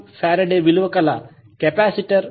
1F విలువ కల capacitor మరియు 0